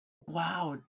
Wow